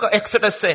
exodus